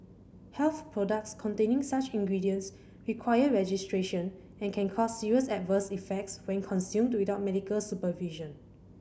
health products containing such ingredients require registration and can cause serious adverse effects when consumed without medical supervision